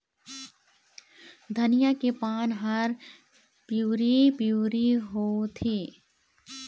धनिया के पान हर पिवरी पीवरी होवथे?